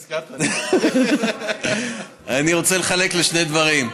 הזכרת, עכשיו כולם, אני רוצה לחלק לשני דברים.